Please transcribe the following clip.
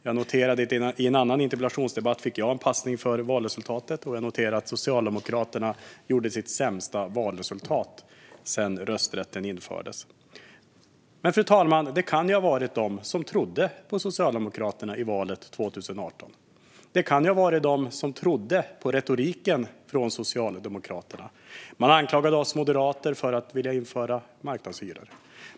Jag noterade i en annan interpellationsdebatt att jag fick en passning gällande valresultatet. Då noterar jag att Socialdemokraterna gjorde sitt sämsta valresultat sedan rösträtten infördes. Fru talman! Det kan ju ha funnits de som trodde på Socialdemokraterna i valet 2018. Det kan ha funnits de som trodde på retoriken från Socialdemokraterna. Man anklagade oss moderater för att vilja införa marknadshyror.